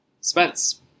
Spence